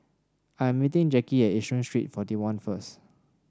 I'm meeting Jackie at Yishun Street Forty one first